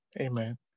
Amen